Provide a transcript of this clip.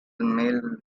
mail